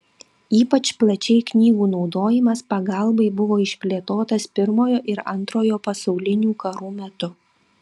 ypač plačiai knygų naudojimas pagalbai buvo išplėtotas pirmojo ir antrojo pasaulinių karų metu